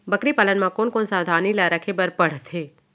बकरी पालन म कोन कोन सावधानी ल रखे बर पढ़थे?